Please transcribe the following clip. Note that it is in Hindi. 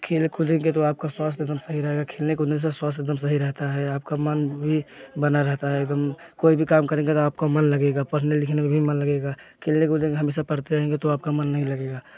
खेले कूदेंगे तो आपका स्वास्थ्य एक दम सही रहेगा खेलने कूदने से स्वास्थ्य एकदम सही रहता है आपका मन भी बना रहता है एक दम कोई भी काम करेंगे तो आपका मन लगेगा पढ़ने लिखने में भी मन लगेगा खेलने कूदेंगे हमेशा पढ़ते रहेंगे तो आपका मन नहीं लगेगा